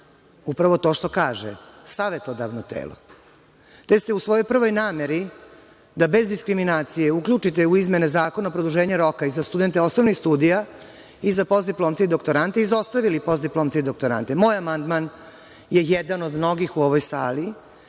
upravo to što kaže, savetodavno telo, te ste u svojoj prvoj nameri da bez diskriminacije uključite u izmene zakona produženje roka i za studente osnovnih studija i za postdiplomce i doktorante izostavili postdiplomce i doktorante. Moja amandman je jedna od mnogih u ovoj sali